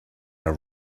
are